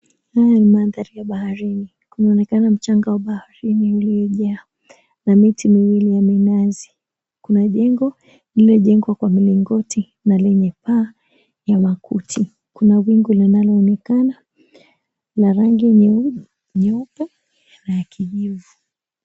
Haya ni mandhari ya baharini. Kunaonekana mchanga wa baharini uliojaa, na miti miwili ya minazi. Kuna jengo lililojengwa kwa milingoti na lenye paa ya makuti. Kuna wingu linaloonekana na rangi nyeupe na ya kijivu.